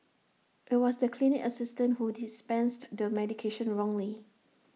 IT was the clinic assistant who dispensed the medication wrongly